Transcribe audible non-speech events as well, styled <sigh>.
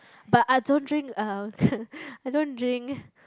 but I don't drink uh <laughs> I don't drink